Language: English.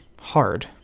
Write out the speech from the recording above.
hard